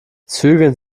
zügeln